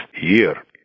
year